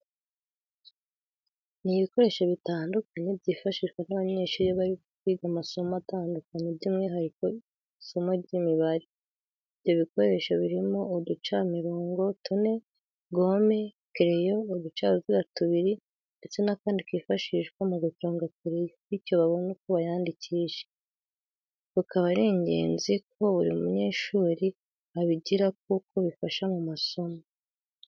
Ni ibikoresho bitandukanye byifashishwa n'abanyeshuri iyo bari kwiga amasomo atandukanye by'umwihariko isimo ry'Imibare. ibyo bikoresho birimo uducamirongo tune, gome, kereyo, uducaruziga tubiri ndetse n'akandi kifashishwa mu guconga kereyo bityo babone uko bayandikisha. Bukaba ari inenzi ko buri munyeshuri abigira kuko bifasha mu masomo.